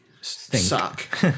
suck